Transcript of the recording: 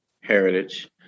heritage